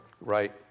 right